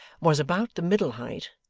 was about the middle height,